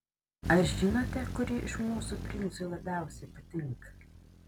ar žinote kuri iš mūsų princui labiausiai patinka